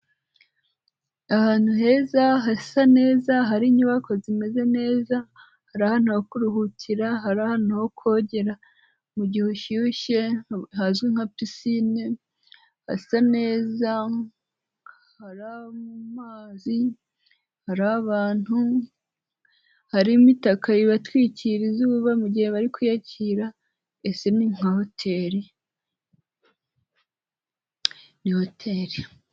Ahantu heza hasa neza hari inyubako zimeze neza, hari ahanyu ho kuruhukira, hari ahantu ho kogera mu gihe ushyushye hazwi nka pisine, hasa neza, hari amazi, hari abantu, hari imitaka ibatwikira izuba mu gihe bari kwiyakira mbese ni nka hoteri, ni hoteri.